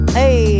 hey